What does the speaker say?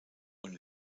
und